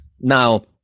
Now